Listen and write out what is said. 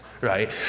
right